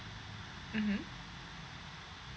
mmhmm